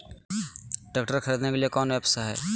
Tractor खरीदने के लिए कौन ऐप्स हाय?